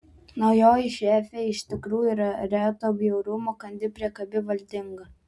naujoji šefė iš tikrųjų yra reto bjaurumo kandi priekabi valdinga